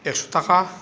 एकस' थाखा